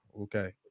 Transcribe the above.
okay